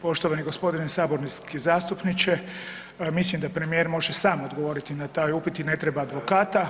Poštovani gospodine saborski zastupniče, mislim da premijer može sam odgovoriti na taj upit i ne treba advokata.